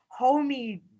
Homie